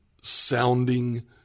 sounding